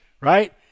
right